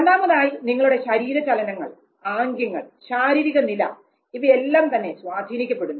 രണ്ടാമതായി നിങ്ങളുടെ ശരീരചലനങ്ങൾ ആംഗ്യങ്ങൾ ശാരീരിക നില ഇവയെല്ലാം തന്നെ സ്വാധീനിക്കപ്പെടുന്നു